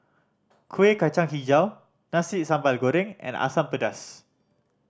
Kueh Kacang Hijau Nasi Sambal Goreng and Asam Pedas